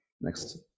next